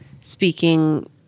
speaking